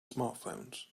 smartphones